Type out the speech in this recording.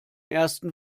ersten